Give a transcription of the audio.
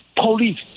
Police